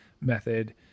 method